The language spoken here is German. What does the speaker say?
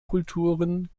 kulturen